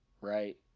right